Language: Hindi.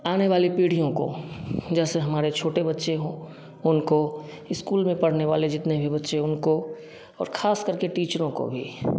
आने वाली पीढ़ियों को जैसे हमारे छोटे बच्चे हो उनको स्कूल में पढ़ने वाले जीतने भी बच्चे हैं उनको और खास करके टीचरों को भी